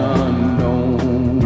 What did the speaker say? unknown